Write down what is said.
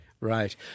Right